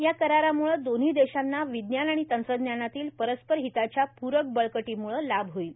या कराराम्ळे दोन्ही देशांना विज्ञान आणि तंत्रज्ञानातील परस्पर हिताच्या प्रक बळकटीमुळे लाभ होईल